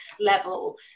level